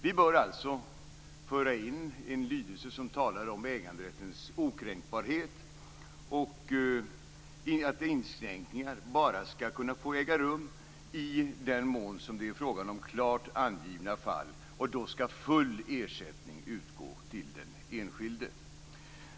Vi bör alltså föra in en lydelse som talar om äganderättens okränkbarhet och om att inskränkningar bara skall kunna få äga rum i den mån som det är frågan om klart angivna fall. Då skall full ersättning utgå till den enskilde.